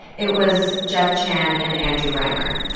it was jeff chan and andrew rhymer.